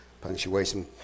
punctuation